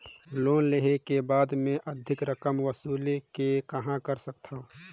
Loan लेहे के बाद मे अधिक रकम वसूले के कहां कर सकथव?